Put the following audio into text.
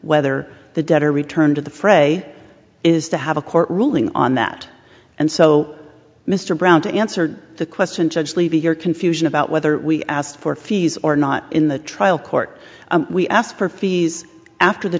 whether the debtor returned to the fray is to have a court ruling on that and so mr brown to answer the question judge levy your confusion about whether we asked for fees or not in the trial court we asked for fees after the